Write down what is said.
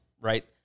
right